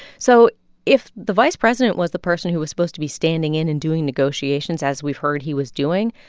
so if the vice president was the person who was supposed to be standing in and doing negotiations, as we've heard he was doing,